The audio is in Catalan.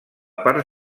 part